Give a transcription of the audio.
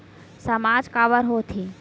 सामाज काबर हो थे?